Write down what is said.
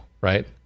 Right